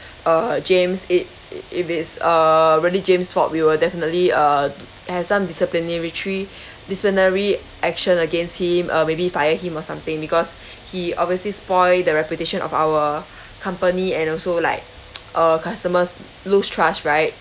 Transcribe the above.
uh james it if it's uh really james fault we will definitely uh have some disciplinary action against him uh maybe fire him or something because he obviously spoil the reputation of our company and also like uh customers lose trust right